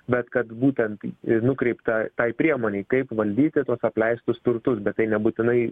bet kad būtent ir nukreipta tai priemonei kaip valdyti tuos apleistus turtus bet tai nebūtinai